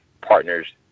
partners